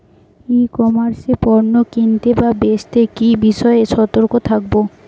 ই commerce এ পণ্য কিনতে বা বেচতে কি বিষয়ে সতর্ক থাকব?